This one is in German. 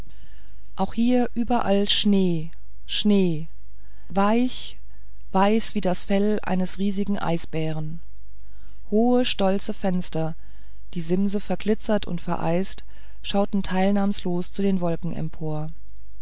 auch hier überall schnee schnee weich weiß wie das fell eines riesigen eisbären hohe stolze fenster die simse beglitzert und vereist schauten teilnahmslos zu den wolken empor